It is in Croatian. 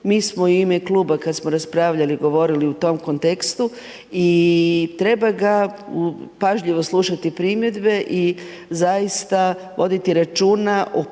Mi smo u ime kluba, kada smo raspravljali, govorili u tom kontekstu i treba ga pažljivo slušati primjedbe i zaista, voditi računa o